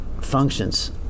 functions